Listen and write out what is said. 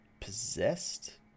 possessed